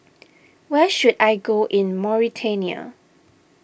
where should I go in Mauritania